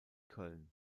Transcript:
köln